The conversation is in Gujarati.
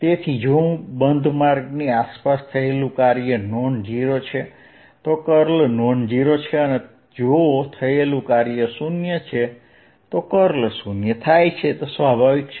તેથી જો બંધ માર્ગની આસપાસ થયેલું કાર્ય નોન ઝીરો છે તો કર્લ નોન ઝીરો છે અને જો થયેલું કાર્ય શૂન્ય છે તો કર્લ શૂન્ય છે